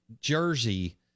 jersey